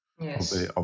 Yes